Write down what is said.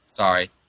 Sorry